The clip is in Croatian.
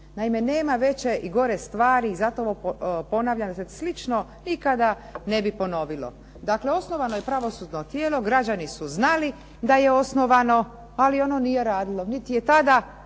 Naime, nema veće i gore stvari i zato ovo ponavljam da se slično nikada ne bi ponovilo. Dakle, osnovano je pravosudno tijelo, građani su znali da je osnovano, ali ono nije radilo.